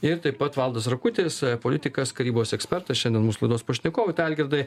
ir taip pat valdas rakutis politikas karybos ekspertas šiandien mūs laidos pašnekovai algirdai